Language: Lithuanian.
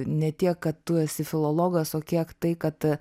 ne tiek kad tu esi filologas o kiek tai kad